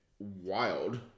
Wild